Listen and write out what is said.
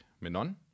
menon